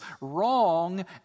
wrong